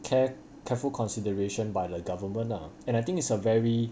care careful consideration by the government lah and I think it's a very